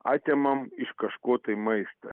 atimam iš kažko tai maistą